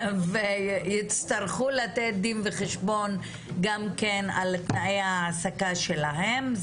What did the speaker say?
ויצטרכו לתת דין וחשבון גם על תנאי ההעסקה שלהם.